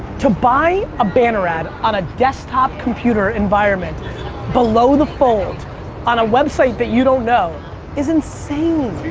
to buy a banner ad on a desktop computer environment below the fold on a website that you don't know is insane.